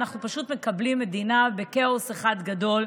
אנחנו פשוט מקבלים מדינה בכאוס אחד גדול.